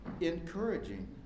encouraging